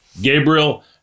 Gabriel